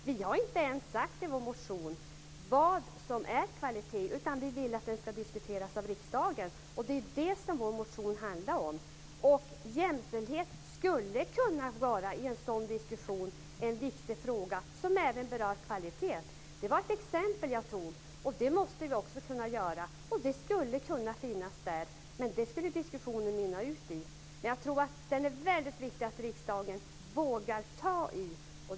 Vi har inte ens sagt i vår motion vad som är kvalitet, utan vi vill att det ska diskuteras av riksdagen. Det är det som vår motion handlar om. Jämställdhet skulle i en sådan diskussion kunna vara en viktig fråga som även berör kvalitet. Det var ett exempel som jag tog, och det måste vi också kunna göra. Det skulle kunna finnas där, men det var det diskussionen skulle kunna mynna ut i. Jag tror att det är väldigt viktigt att riksdagen vågar ta i det här.